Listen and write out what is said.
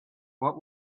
what